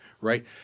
Right